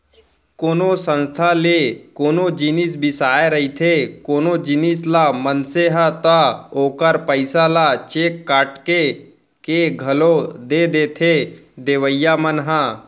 कोनो संस्था ले कोनो जिनिस बिसाए रहिथे कोनो जिनिस ल मनसे ह ता ओखर पइसा ल चेक काटके के घलौ दे देथे देवइया मन ह